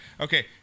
Okay